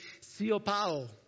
siopao